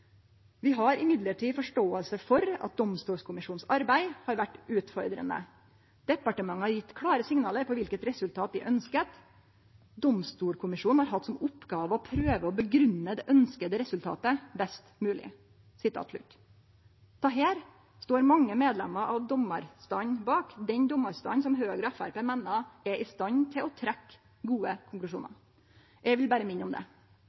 Vi har imidlertid forståelse for at Domstolkommisjonens arbeid har vært utfordrende. Departementet har i mandatet gitt klare signaler på hvilket resultat de ønsket. Domstolkommisjonen har hatt som oppgave å prøve å begrunne det ønskede resultatet best mulig.» Dette står mange medlemer av dommarstanden bak, den dommarstanden som Høgre og Framstegspartiet meiner er i stand til å trekkje gode konklusjonar. Eg vil berre minne om det.